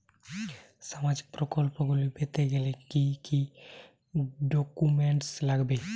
সামাজিক প্রকল্পগুলি পেতে গেলে কি কি ডকুমেন্টস লাগবে?